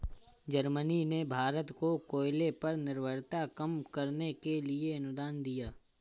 Germany ने भारत को कोयले पर निर्भरता कम करने के लिए अनुदान दिया